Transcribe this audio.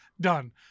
Done